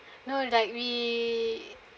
no like we